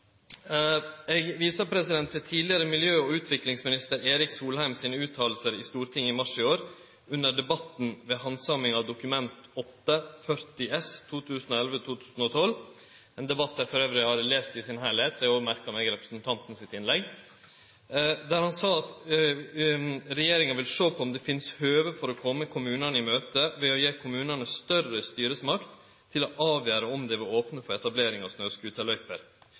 Eg viser til tidlegare miljø- og utviklingsminister Erik Solheim sine ytringar i Stortinget i mars i år under debatten ved handsaminga av Dokument nr. 8:40 S for 2011–2012, ein debatt eg dessutan har lest heilt ut – eg har òg merka meg representanten sitt innlegg. Statsråden sa at regjeringa vil sjå på om det finst høve for å kome kommunane i møte ved å gi kommunane større styresmakt til å avgjere om dei vil opne for etablering av